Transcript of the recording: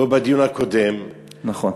לא בדיון הקודם, נכון.